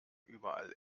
überall